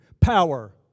Power